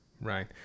right